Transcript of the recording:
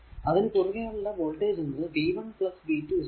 അതിനു കുറുകെ ഉള്ള വോൾടേജ് എന്നത് v 1 v 2 v